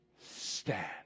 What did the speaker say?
stand